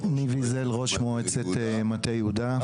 ניב ויזל, ראש מועצת מטה יהודה.